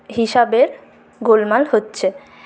হিসাবের গোলমাল হচ্ছে